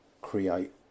create